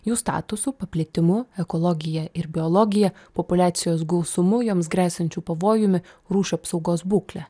jų statusu paplitimu ekologija ir biologija populiacijos gausumu joms gresiančiu pavojumi rūšių apsaugos būklę